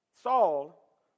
Saul